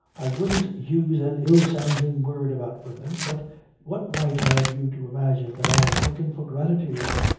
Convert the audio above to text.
i wouldn't use an ill-sounding word about women, but what right have you to imagine that i am looking for gratitude?